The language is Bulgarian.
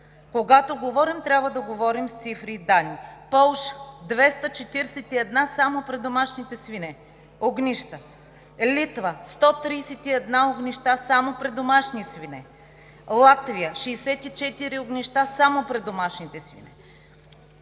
Когато говорим, трябва да говорим с цифри и данни. Полша – 241 огнища само при домашните свине. Литва – 131 огнища само при домашните свине. Латвия – 64 огнища само при домашните свине.